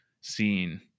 scene